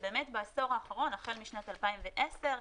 ובאמת בעשור האחרון החל משנת 2010,